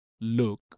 look